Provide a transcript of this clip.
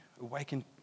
awaken